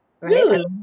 right